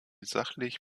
sachlich